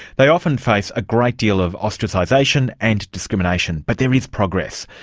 they often face a great deal of ostracisation, and discrimination. but there is progress.